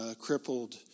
crippled